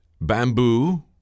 bamboo